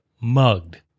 mugged